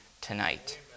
tonight